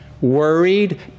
worried